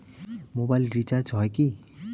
Mobile recharge হয় কি?